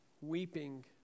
weeping